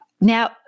Now